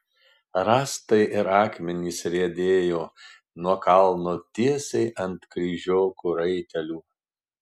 rąstai ir akmenys riedėjo nuo kalno tiesiai ant kryžiokų raitelių